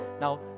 Now